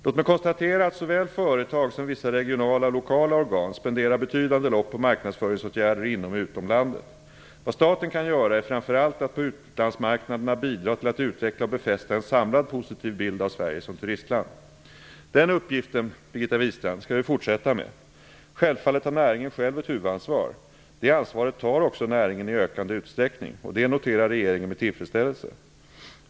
Låt mig konstatera att såväl företag som vissa regionala och lokala organ spenderar betydande belopp på marknadsföringsåtgärder inom och utom landet. Vad staten kan göra är framför allt att på utlandsmarknaderna bidra till att utveckla och befästa en samlad positiv bild av Sverige som turistland. Den uppgiften, Birgitta Wistrand, skall vi fortsätta med. Självfallet har näringen själv ett huvudansvar. Det ansvaret tar också näringen i ökande utsträckning, och det noterar regeringen med tillfredsställelse.